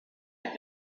had